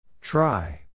Try